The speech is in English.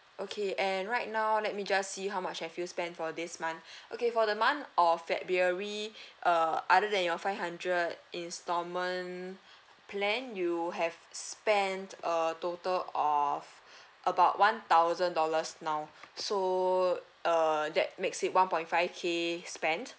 okay and right now let me just see how much have you spent for this month okay for the month of february uh other than your five hundred instalment plan you have spent a total of about one thousand dollars now so uh that makes it one point five K spent